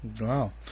wow